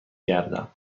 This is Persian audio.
گردم